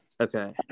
Okay